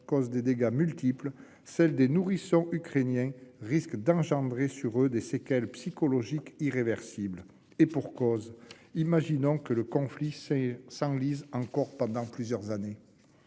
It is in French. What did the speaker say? causent des dégâts multiples, celles des nourrissons ukrainiens risquent d'entraîner pour eux des séquelles psychologiques irréversibles. Et pour cause : imaginons que le conflit s'enlise encore pendant plusieurs années